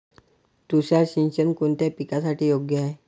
तुषार सिंचन कोणत्या पिकासाठी योग्य आहे?